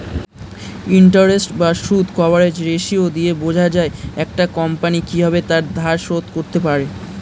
interest বা সুদ coverage ratio দিয়ে বোঝা যায় একটা কোম্পানি কিভাবে তার ধার শোধ করতে পারে